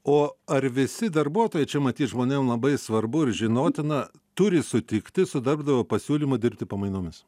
o ar visi darbuotojai čia matyt žmonėm labai svarbu ir žinotina turi sutikti su darbdavio pasiūlymu dirbti pamainomis